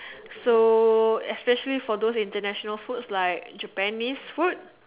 so especially for those international foods like those Japanese food